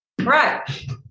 Right